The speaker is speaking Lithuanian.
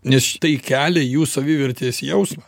nes tai kelia jų savivertės jausmą